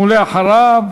ולבסוף,